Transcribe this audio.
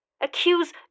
Accuse